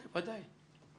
ודאי.